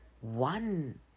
one